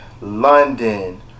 London